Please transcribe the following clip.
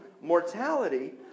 mortality